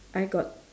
I got